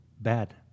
Bad